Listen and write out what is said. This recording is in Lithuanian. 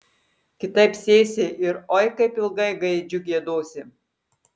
kitaip sėsi ir oi kaip ilgai gaidžiu giedosi